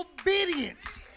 obedience